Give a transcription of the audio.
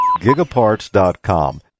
Gigaparts.com